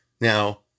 Now